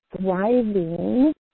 thriving